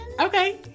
Okay